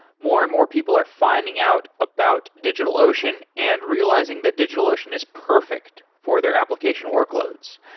more and more people are finding out about digitalocean and realizing that digitalocean is perfect for their application workloads.